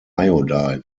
iodide